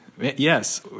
Yes